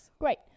Great